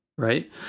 Right